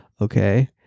Okay